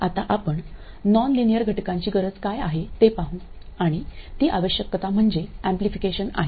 आता आपण non linear घटकांची गरज काय आहे ते पाहू आणि ती आवश्यकता म्हणजे एम्पलिफिकेशन आहे